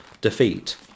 defeat